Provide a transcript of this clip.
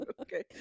Okay